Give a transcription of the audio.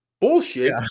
bullshit